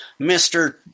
Mr